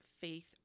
faith